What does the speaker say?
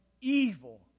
evil